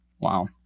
Wow